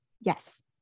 Yes